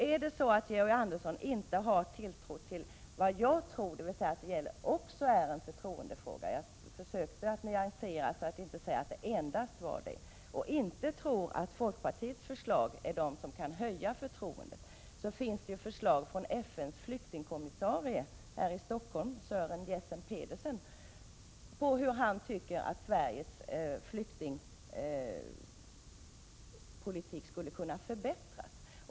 Är det så att Georg Andersson inte tror vad jag tror, dvs. att detta också är en förtroendefråga — jag försökte göra den nyanseringen att säga att det inte endast var en förtroendefråga — och inte tror att folkpartiets förslag kan höja förtroendet, då finns det ju förslag från FN:s flyktingkommissarie här i Stockholm, Sören Jessen-Petersen på hur han tycker att Sveriges flyktingpolitik skulle kunna förbättras.